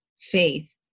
faith